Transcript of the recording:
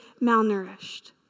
malnourished